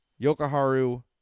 Yokoharu